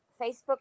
Facebook